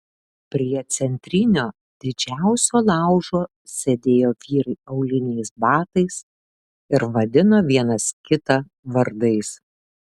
prie centrinio didžiausio laužo sėdėjo vyrai auliniais batais ir vadino vienas kitą vardais